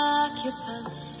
occupants